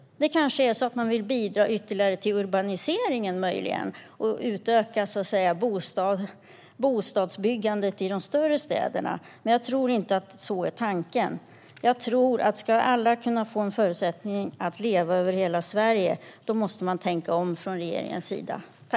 Möjligen vill man bidra ytterligare till urbaniseringen och utöka bostadsbyggandet i de större städerna. Men jag tror inte att det är tanken. Om alla ska få förutsättningar att leva i hela Sverige måste regeringen tänka om.